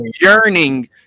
yearning